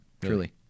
Truly